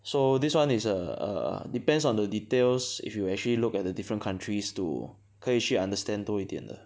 so this one is err err depends on the details if you actually look at the different countries to 可以去 understand 多一点的